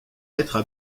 lettres